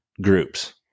groups